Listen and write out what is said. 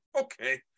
Okay